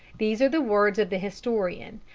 these are the words of the historian.